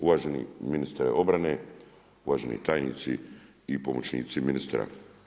Uvaženi ministre obrane, uvaženi tajnici i pomoćnici ministra.